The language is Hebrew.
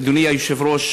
אדוני היושב-ראש,